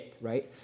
right